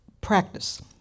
Practice